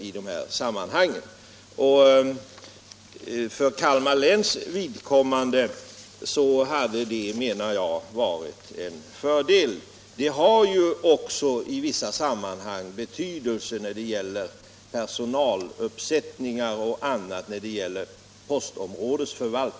Jag anser dessutom att det första förslaget för Kalmar läns vidkommande hade varit till fördel. Postområdesindelningen har ju i vissa sammanhang betydelse när det gäller personaluppsättning och annat.